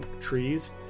trees